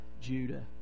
Judah